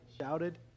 shouted